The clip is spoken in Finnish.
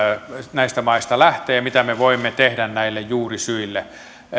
näistä maista lähtee ja mitä me voimme tehdä näille juurisyille